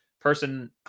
person